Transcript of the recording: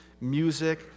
music